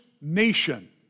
nation